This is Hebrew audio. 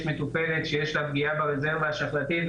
מטופלת שיש לה פגיעה ברזרבה השחלתית,